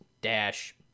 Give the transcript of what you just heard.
dash